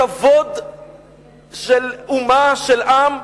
כבוד של אומה, של עם?